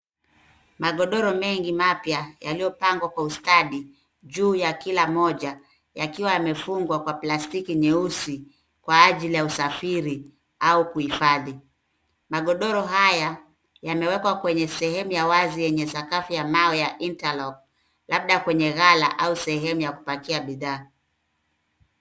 Magodoro mengi mapya yaliyopangwa kwa ustadi juu ya kila moja yakiwa yamefungwa kwa plastiki nyeusi kwa ajili ya usafiri au kuhifadhi. Magodoro haya yamewekwa kwenye sehemu ya wazi yenye sehemu ya wazi yenye sakafu ya mawe ya interlock labda kwenye gala au sehemu ya kupakia bidhaa.